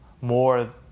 more